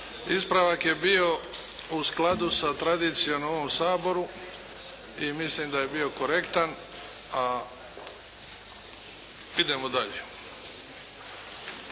Ispravak je bio u skladu sa tradicijom u ovom Saboru i mislim da je bio korektan. A, idemo dalje.